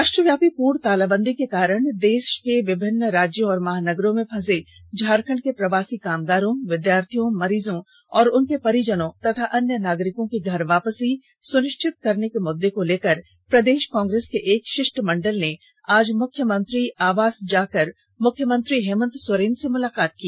राष्ट्रव्यापी पूर्ण तालाबंदी के कारण देश के विमिन्न राज्यों और महानगरों में फंसे झारखंड के प्रवासी कामगारों विद्यार्थियों मरीजों और उनके परिजनों तथा अन्य नागरिकों की घर वापसी सुनिश्चित करने के मुददे को लेकर प्रदेश कांग्रेस के एक शिष्टमंडल ने आज मुख्यमंत्री आवास जाकर मुख्यमंत्री हेमंत सोरेन से मुलाकात की